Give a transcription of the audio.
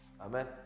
Amen